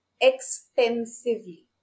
extensively